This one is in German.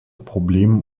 problem